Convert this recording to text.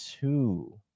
two